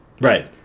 Right